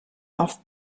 auf